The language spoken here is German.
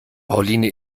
pauline